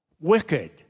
wicked